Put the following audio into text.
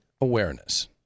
awareness